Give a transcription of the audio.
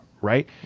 right